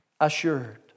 assured